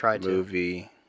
movie